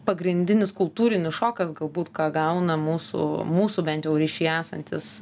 pagrindinis kultūrinis šokas galbūt ką gauna mūsų mūsų bent jau ryšyje esantys